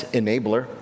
enabler